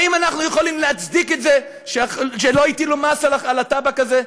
האם אנחנו יכולים להצדיק את זה שלא הטילו מס על הטבק הזה?